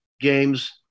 games